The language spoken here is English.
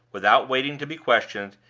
without waiting to be questioned,